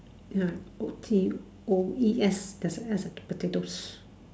ya O T O E S there's a S at the potatoes